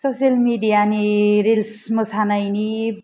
social मिडियानि reels मोसानायनि